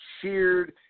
cheered